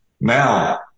Now